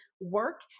work